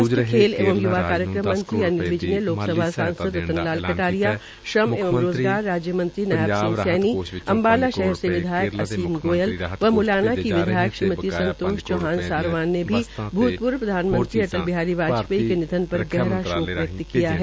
स्वास्थ्य खेल एवं य्वा कार्यक्रम मंत्री अनिल विज लोकसभा सांसद रतन लाल कटारिया श्रम एवं रोज़गार राज्यमंत्री नायब सिंह सैनी अम्बाला शहर के विधायक असीम गोयल व मुलाना की विधायक श्रीमती संतोष चौहान सारवान ने भी भूतपूर्व प्रधानमंत्री अटल बिहारी वाजपेयी के निधन पर गहरा शोक व्यक्त किया है